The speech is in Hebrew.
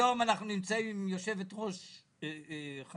היום אנחנו נמצאים עם יושבת-ראש חדשה.